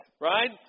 right